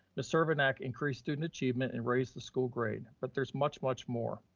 ms. crkvenac increased student achievement and raised the school grade, but there's much, much more.